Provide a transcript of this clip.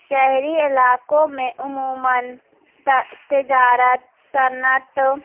شہری علاقوں میں عموماََ تا تجارت صنعت